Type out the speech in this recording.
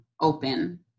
open